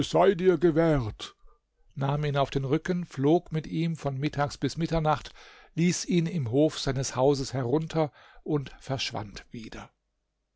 sei dir gewährt nahm ihn auf den rücken flog mit ihm von mittags bis mitternacht ließ ihn im hof seines hauses herunter und verschwand wieder